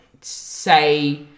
say